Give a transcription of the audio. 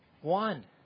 one